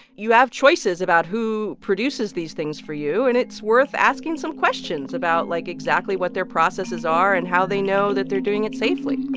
you have choices about who produces these things for you. and it's worth asking some questions about, like, exactly what their processes are and how they know that they're doing it safely all